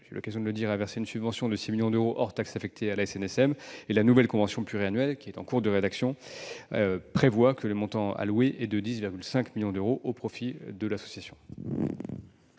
2019, le ministère a versé une subvention de 6 millions d'euros hors taxes affectées à la SNSM et la nouvelle convention pluriannuelle, en cours de rédaction, prévoit un montant alloué de 10,5 millions d'euros au profit de l'association.